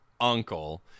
uncle